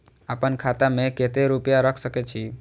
आपन खाता में केते रूपया रख सके छी?